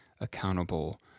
accountable